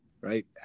right